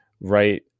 right